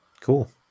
Cool